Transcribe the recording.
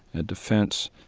at defense,